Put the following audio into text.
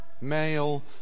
male